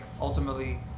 ultimately